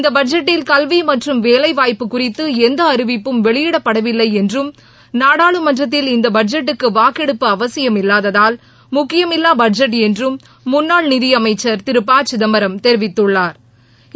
இந்த பட்ஜெட்டில் கல்வி மற்றும் வேலைவாய்ப்பு குறித்து எந்த அறிவிப்பும் வெளியிடப்படவில்லை என்றும் நாடாளுமன்றத்தில் இந்த பட்ஜெட்டுக்கு வாக்கெடுப்பு அவசியமில்லாததால் முக்கியமில்லா பட்ஜெட் என்றும் முன்னாள் நிதி அமைச்சா் திரு ப சிதம்பரம் தெரிவித்துள்ளாா்